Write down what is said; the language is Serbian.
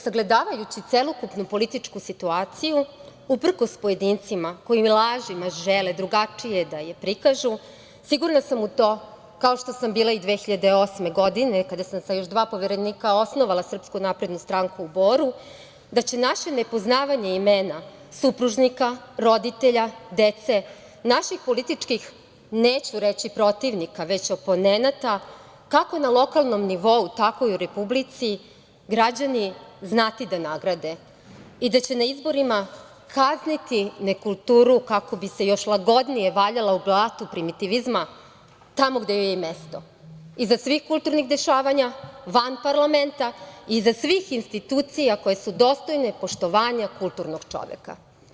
Sagledavajući celokupnu političku situaciju, uprkos pojedincima koji lažima žele drugačije da je prikažu, sigurna sam u to, kao što sam bila i 2008. godine, kada sam još sa dva poverenika osnovala SNS, u Boru, da će naše nepoznavanje imena supružnika, roditelja, dece, naših političkih, neću reći protivnika, već ću reći oponenata, kako na lokalnom nivou, tako i u Republici, građani znati da nagrade i da će na izborima kazniti nekulturu kako bi se još lagodnije valjali u blatu primitivizma, tamo gde joj je mesto, iza svih kulturnih dešavanja, van parlamenta i iza svih institucija koje su dostojne poštovanja kulturnog čoveka.